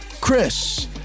Chris